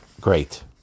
great